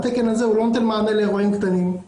התקן הזה לא נותן מענה לאירועים קטנים.